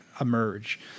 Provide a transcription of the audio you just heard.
emerge